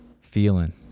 feeling